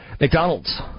McDonald's